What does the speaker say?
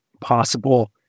possible